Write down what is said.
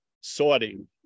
sorting